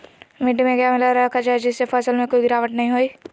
मिट्टी में क्या मिलाया रखा जाए जिससे फसल में कोई गिरावट नहीं होई?